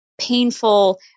Painful